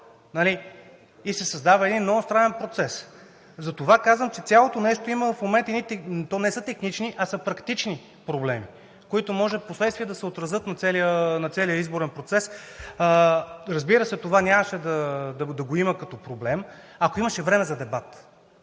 нали? Създава се един много странен процес. Затова казвам, че цялото нещо го има в момента – не са технични, а са практични проблеми, които може впоследствие да се отразят на целия изборен процес. Разбира се, това нямаше да го има като проблем, ако имаше време за дебат.